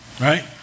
right